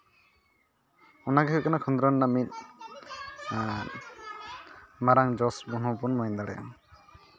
ᱚᱱᱟ ᱜᱮ ᱦᱩᱭᱩᱜ ᱠᱟᱱᱟ ᱠᱷᱚᱸᱫᱽᱨᱚᱱ ᱨᱮᱱᱟᱜ ᱢᱤᱫ ᱢᱟᱨᱟᱝ ᱡᱚᱥ ᱦᱚᱸᱵᱚᱱ ᱢᱮᱱ ᱫᱟᱲᱮᱭᱟᱜᱼᱟ